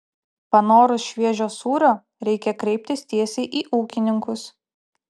panorus šviežio sūrio reikia kreiptis tiesiai į ūkininkus